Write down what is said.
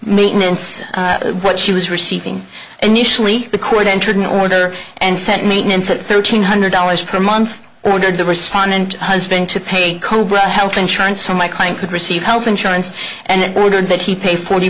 maintenance what she was receiving initially the court entered an order and sent maintenance at thirteen hundred dollars per month and ordered the respondent husband to pay cobra health insurance so my client could receive health insurance and ordered that he pay forty